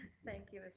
thank you, mr.